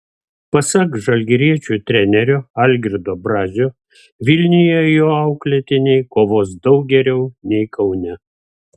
pasak žalgiriečių trenerio algirdo brazio vilniuje jo auklėtiniai kovos daug geriau nei kaune